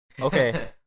Okay